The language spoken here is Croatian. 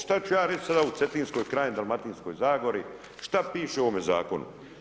Šta ću ja reći sada u Cetinskoj krajini, Dalmatinskoj zagori, šta piše u ovome Zakonu?